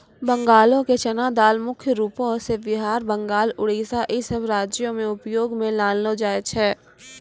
बंगालो के चना दाल मुख्य रूपो से बिहार, बंगाल, उड़ीसा इ सभ राज्यो मे उपयोग मे लानलो जाय छै